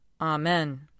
Amen